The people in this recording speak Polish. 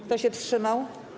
Kto się wstrzymał?